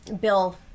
bill